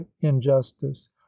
injustice